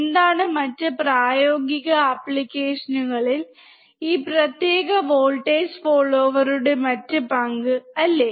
എന്താണ് മറ്റ് പ്രായോഗിക ആപ്ലിക്കേഷനുകളിൽ ഈ പ്രത്യേക വോൾട്ടേജ് ഫോളോവറുടെ മറ്റ് പങ്ക് അല്ലേ